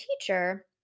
teacher